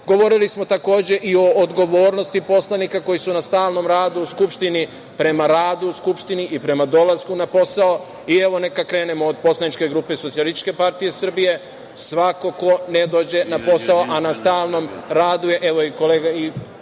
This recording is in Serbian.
Govorili smo, takođe, i o odgovornosti poslanika koji su na stalnom radu u Skupštini, prema radu u Skupštini i prema dolasku na posao. Neka krenemo od poslaničke grupe SPS – svako ko ne dođe na posao, a na stalnom radu je,